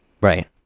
Right